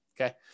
Okay